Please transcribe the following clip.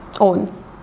own